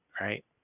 right